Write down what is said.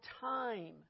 time